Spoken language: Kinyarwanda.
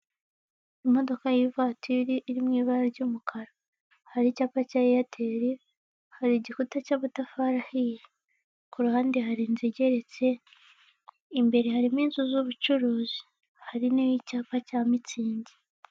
Imodoka y'ivatiri iri mu ibara ry'umukara, hari icyapa cya eyeteri hari igikuta cy'amatafari ahiye ku ruhande hari inzu igeretse imbere harimo inzu z'ubucuruzi hari n'icyapa cya mutsinzi.